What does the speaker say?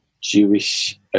Jewish